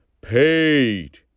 paid